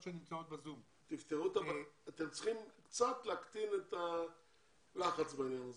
אתם צריכים קצת להקטין את הלחץ בעניין הזה.